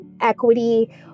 equity